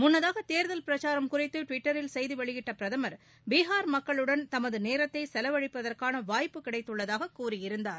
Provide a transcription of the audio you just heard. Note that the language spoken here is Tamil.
முன்னதாக தேர்தல் பிரச்சாரம் குறித்து டுவிட்டரில் செய்தி வெளியிட்ட பிரதமர் பீகார் மக்களுடன் தமது நேரத்தை செலவழிப்பதற்கான வாய்ப்பு கிடைத்துள்ளதாக கூறியிருந்தார்